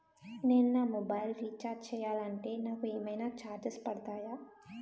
నేను నా mobile recharge చేయాలంటే నాకు ఏమైనా చార్జెస్ పడతాయా?